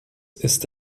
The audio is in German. ist